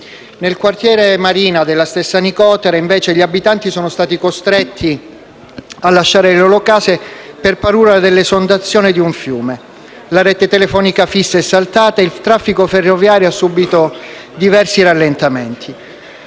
Nel quartiere chiamato Marina, invece, gli abitanti sono stati costretti a lasciare le loro case per paura dell'esondazione di un fiume. La rete telefonica fissa è saltata e il traffico ferroviario ha subito diversi rallentamenti.